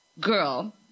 girl